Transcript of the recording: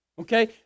Okay